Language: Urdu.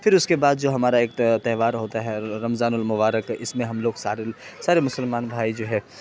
پھر اس کے بعد جو ہمارا ایک تہوار ہوتا ہے رمضان المبارک اس میں ہم لوگ سارے سارے مسلمان بھائی جو ہے